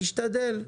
נשתדל.